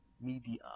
Media